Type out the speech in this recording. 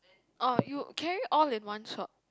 oh you carry all in one shot